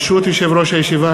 ברשות יושב-ראש הישיבה,